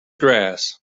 grass